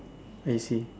I see